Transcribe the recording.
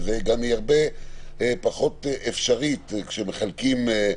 גם היא הרבה פחות אפשרית כשמחלקים.